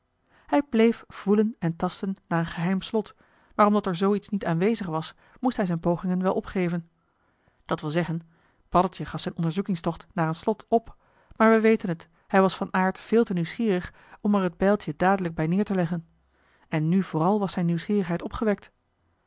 hij bleef voelen en tasten naar een geheim slot maar omdat er zoo iets niet aanwezig was moest hij zijn pogingen wel opgeven dat wil zeggen paddeltje gaf zijn onderzoekingstocht naar een slot op maar we weten het hij was van aard veel te nieuwsgierig om er het bijltje dadelijk bij neer te leggen en nu vooral was zijn nieuwsgierigheid opgewekt